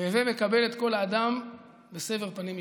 "והוי מקבל את כל האדם בסבר פנים יפות".